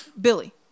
Billy